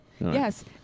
Yes